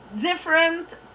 different